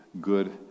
good